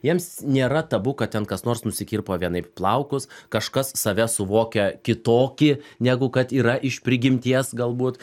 jiems nėra tabu kad ten kas nors nusikirpo vienai plaukus kažkas save suvokia kitokį negu kad yra iš prigimties galbūt